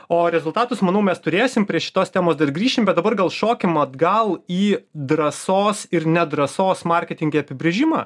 o rezultatus manau mes turėsim prie šitos temos dar grįšim bet dabar gal šokim atgal į drąsos ir nedrąsos marketinge apibrėžimą